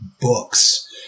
books